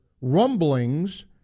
rumblings